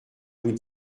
vous